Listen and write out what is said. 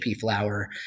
flour